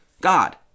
God